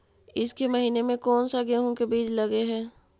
ईसके महीने मे कोन सा गेहूं के बीज लगे है?